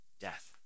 Death